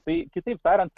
tai kitaip tariant